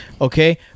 Okay